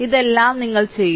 ഇതെല്ലാം ഞങ്ങൾ ചെയ്തു